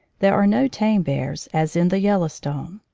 there are no tame bears, as in the yellowstone.